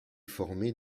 formé